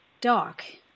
dark